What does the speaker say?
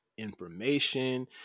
information